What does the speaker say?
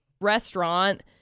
restaurant